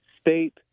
state